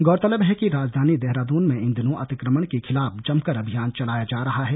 गौरतलब है कि राजधानी देहरादून में इन दिनों अतिक्रमण के खिलाफ जमकर अभियान चलाया जा रहा है